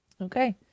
Okay